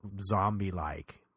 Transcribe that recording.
zombie-like